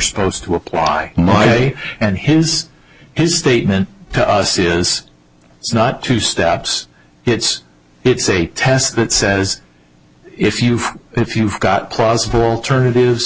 supposed to apply and his his statement to us is it's not two steps it's it's a test that says if you feel if you've got plausible alternative